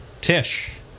Tish